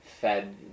fed